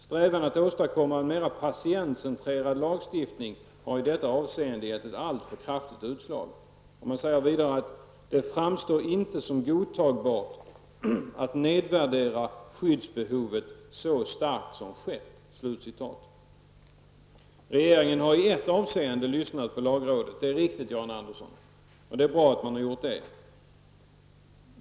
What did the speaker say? Strävan att åstadkomma en mera patientcentrerad lagstiftning har i detta avseende gett ett alltför kraftigt utslag. Vidare säger man: Det framstår inte som godtagbart att nedvärdera skyddsbehovet så starkt som skett. Ja, det är riktigt, Jan Andersson, att regeringen i ett avseende har lyssnat på lagrådet. Det är bra att man har gjort det.